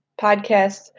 podcasts